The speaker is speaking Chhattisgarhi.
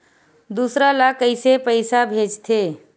दूसरा ला कइसे पईसा भेजथे?